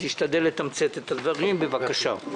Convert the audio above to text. תשתדל לתמצת את הדברים, בבקשה.